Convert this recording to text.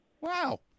Wow